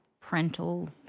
parental